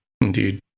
Indeed